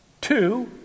Two